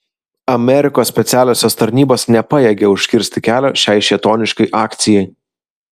amerikos specialiosios tarnybos nepajėgė užkirsti kelio šiai šėtoniškai akcijai